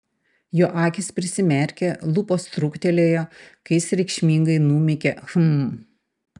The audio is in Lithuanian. jo akys prisimerkė lūpos truktelėjo kai jis reikšmingai numykė hm